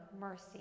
mercy